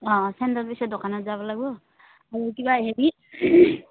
অঁ চেণ্ডেল দোকানত যাব লাগব আৰু কিবা হেৰি